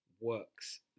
works